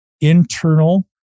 internal